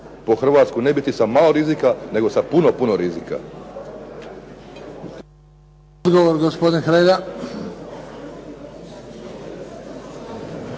po Hrvatsku ne biti sa malo rizika nego sa puno rizika.